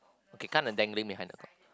okay kind of dangling behind the ball